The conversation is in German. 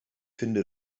finde